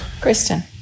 Kristen